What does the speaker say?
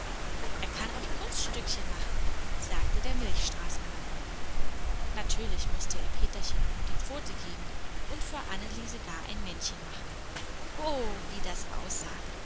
er kann auch kunststückchen machen sagte der milchstraßenmann natürlich mußte er peterchen nun die pfote geben und vor anneliese gar ein männchen machen oooooh wie das aussah